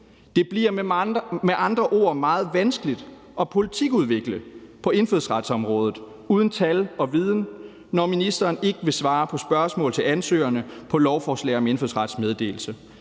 med andre ord meget vanskeligt at politikudvikle på indfødsretsområdet uden tal og viden, når ministeren ikke vil svare på spørgsmål om ansøgerne på lovforslag om indfødsrets meddelelse,